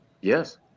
Yes